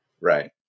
Right